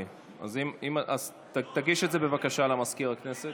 אז תגיש את זה, בבקשה, למזכיר הכנסת.